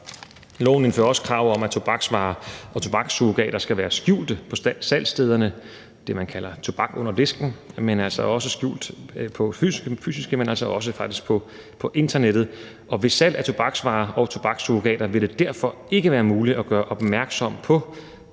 Loven indførte også krav om, at tobaksvarer og tobakssurrogater skal være skjult på salgsstederne. Det er det, man kalder tobak under disken. De skal skjules fysisk, men faktisk også på internettet. Ved salg af tobaksvarer og tobakssurrogater vil det derfor ikke være muligt at gøre opmærksom på